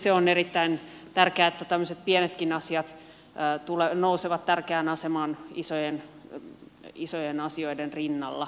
se on erittäin tärkeää että tämmöiset pienetkin asiat nousevat tärkeään asemaan isojen asioiden rinnalla